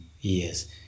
Yes